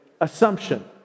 assumption